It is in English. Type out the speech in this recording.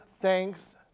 thanks